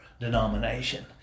denomination